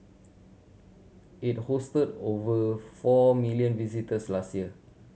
it hosted over four million visitors last year